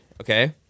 okay